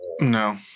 No